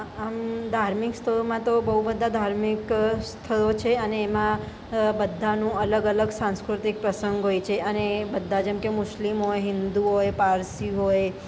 આમ ધાર્મિક સ્થળોમાં તો બહુ બધા ધાર્મિક સ્થળો છે અને એમાં બધાનું અલગ અલગ સાંસ્કૃતિક પ્રસંગ હોય છે અને બધા જેમકે મુસ્લિમ હોય હિંદુ હોય પારસી હોય